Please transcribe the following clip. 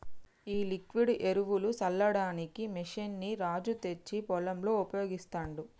ఈ లిక్విడ్ ఎరువులు సల్లడానికి మెషిన్ ని రాజు తెచ్చి పొలంలో ఉపయోగిస్తాండు